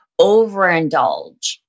overindulge